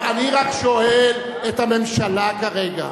אני רק שואל את הממשלה כרגע,